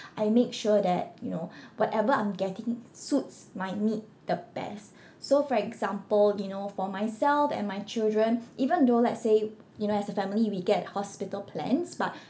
I make sure that you know whatever I'm getting suits my need the best so for example you know for myself and my children even though let's say you know as a family we get hospital plans but